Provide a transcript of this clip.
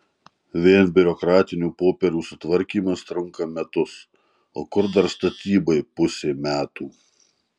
vien biurokratinių popierių sutvarkymas trunka metus o kur dar statybai pusė metų